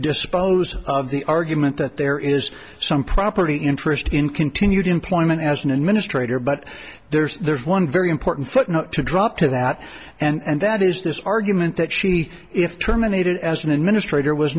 dispose of the argument that there is some property interest in continued employment as an administrator but there's there's one very important footnote to drop to that and that is this argument that she if terminated as an administrator was